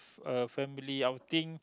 a family outing